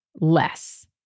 less